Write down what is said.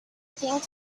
think